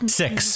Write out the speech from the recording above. six